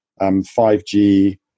5G